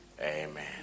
amen